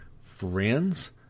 friends